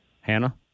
Hannah